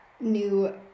new